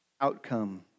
outcome